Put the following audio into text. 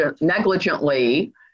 negligently